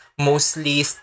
mostly